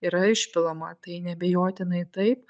yra išpilama tai neabejotinai taip